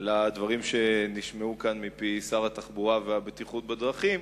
לדברים שנשמעו כאן מפי שר התחבורה והבטיחות בדרכים